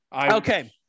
okay